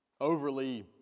overly